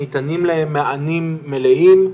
ניתנים להם מענים מלאים.